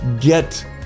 get